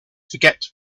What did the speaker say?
forget